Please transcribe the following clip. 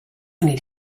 need